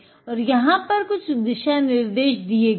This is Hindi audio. और यहाँ पर कुछ दिशा निर्देश दिए गए हैं